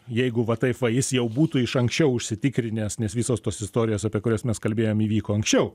jeigu va taip va jis jau būtų iš anksčiau užsitikrinęs nes visos tos istorijos apie kurias mes kalbėjom įvyko anksčiau